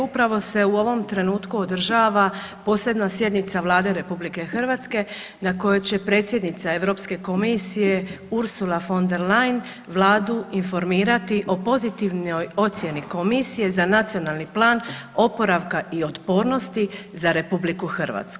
Upravo se u ovom trenutku održava posljednja sjednica Vlade RH na kojoj će predsjednica EU komisije Ursula von der Leyen Vladu informirati o pozitivnoj ocjeni Komisije za Nacionalni plan oporavka i otpornosti za RH.